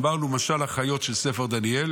אמרנו שמשל החיות של ספר דניאל